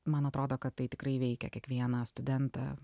man atrodo kad tai tikrai veikia kiekvieną studentą